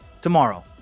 tomorrow